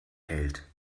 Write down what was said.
hält